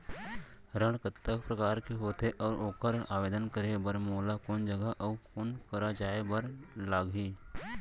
ऋण कतका प्रकार के होथे अऊ ओखर आवेदन करे बर मोला कोन जगह अऊ कोन करा जाए बर लागही?